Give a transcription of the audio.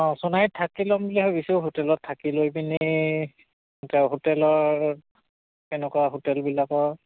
অঁ সোনাৰিত থাকি ল'ম বুলি ভাবিছোঁ হোটেলত থাকি লৈ পিনি হোটেলৰ কেনেকুৱা হোটেলবিলাকৰ